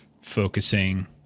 focusing